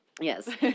Yes